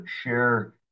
share